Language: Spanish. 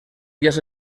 días